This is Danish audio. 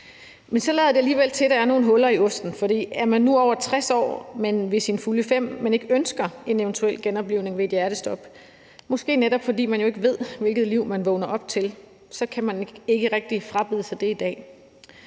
Men så lader det alligevel til, at der er nogle huller i osten, for er man nu over 60 år og ved sine fulde fem, men ønsker ikke en eventuel genoplivning ved et hjertestop, måske fordi man netop ikke ved, hvilket liv man vågner op til, kan man ikke rigtig frabede sig det i dag.